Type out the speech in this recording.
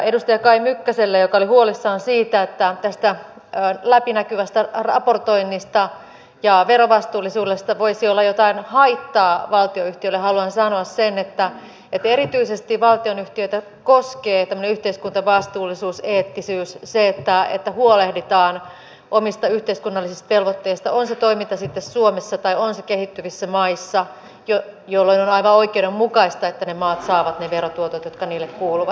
edustaja kai mykkäselle joka oli huolissaan siitä että tästä läpinäkyvästä raportoinnista ja verovastuullisuudesta voisi olla jotain haittaa valtionyhtiöille haluan sanoa sen että erityisesti valtionyhtiöitä koskee tämmöinen yhteiskuntavastuullisuus eettisyys se että huolehditaan omista yhteiskunnallisista velvoitteista on se toiminta sitten suomessa tai on se kehittyvissä maissa jolloin on aivan oikeudenmukaista että ne maat saavat ne verotuotot jotka niille kuuluvat